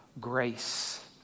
grace